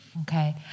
Okay